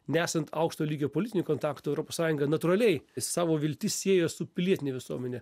nesant aukšto lygio politinių kontaktų europos sąjunga natūraliai savo viltis siejo su pilietine visuomene